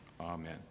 Amen